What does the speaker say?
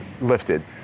lifted